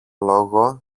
λόγο